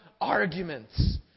arguments